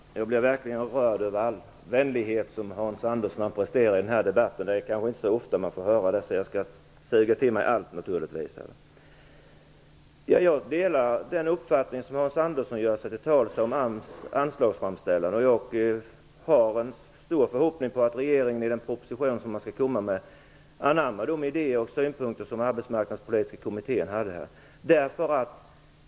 Herr talman! Jag blir verkligen rörd över all vänlighet som Hans Andersson presterar i den här debatten. Det är kanske inte så ofta man får höra det, så jag skall naturligtvis suga till mig allt. Jag delar den uppfattning som Hans Andersson gör sig till tals för om AMS anslagsframställan. Jag har en stor förhoppning om att regeringen i den proposition som skall komma anammar de idéer och synpunkter som Arbetsmarknadspolitiska kommittén hade.